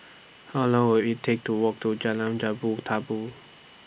How Long Will IT Take to Walk to Jalan Jambu Tabu